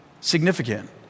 significant